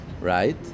right